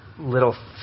little